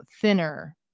thinner